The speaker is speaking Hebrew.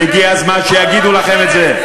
הגיע הזמן שיגידו לכם את זה.